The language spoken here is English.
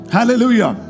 Hallelujah